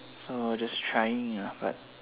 so just trying ah but